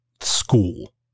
school